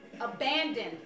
abandoned